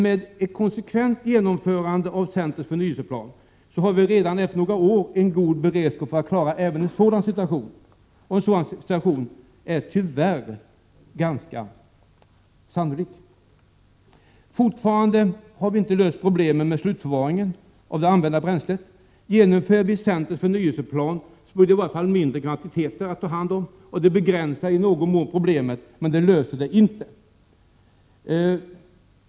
Med ett konsekvent genomförande av centerns förnyelseplan har vi redan efter några år en god beredskap för att klara även en sådan situation, en situation som tyvärr är ganska sannolik. Fortfarande är inte problemen med slutförvaringen av det använda bränslet lösta. Genomför vi centerns förnyelseplan så blir det mindre kvantiteter bränsle att ta hand om, och det begränsar i någon mån problemen men löser dem inte.